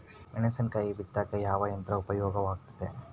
ಮೆಣಸಿನಕಾಯಿ ಬಿತ್ತಾಕ ಯಾವ ಯಂತ್ರ ಉಪಯೋಗವಾಗುತ್ತೆ?